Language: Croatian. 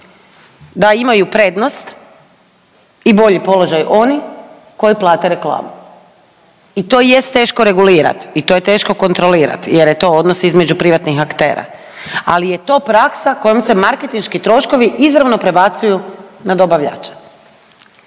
da imaju prednost i bolji položaj oni koji plate reklamu. I to jest teško regulirat i to je teško kontrolirati jer je to odnos između privatnih aktera, ali je to praksa kojom se marketinški troškovi izravno prebacuju na dobavljače